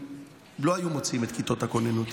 אם לא היו מוציאים את כיתות הכוננות,